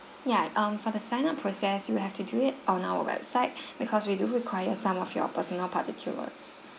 ya um for the sign up process you have to do it on our website because we do require some of your personal particulars